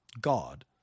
God